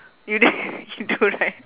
you didn't you do right